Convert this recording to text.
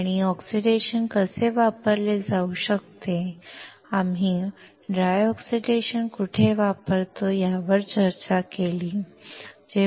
आम्ही ऑक्सिडेशन कसे वापरले जाऊ शकते आणि आम्ही ऑक्सिडेशन कुठे वापरतो यावर चर्चा केली